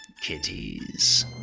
kitties